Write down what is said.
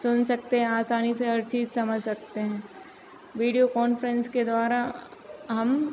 सुन सकते हैं आसानी से हर चीज़ समझ सकते हैं वीडियो कॉन्फ़्रेंस के द्वारा हम